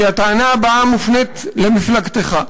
כי הטענה הבאה מופנית למפלגתך.